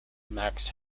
max